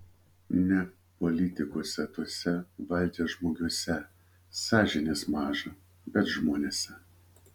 ne politikuose tuose valdžiažmogiuose sąžinės maža bet žmonėse